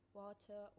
water